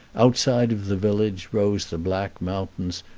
outside of the village rose the black mountains,